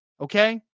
Okay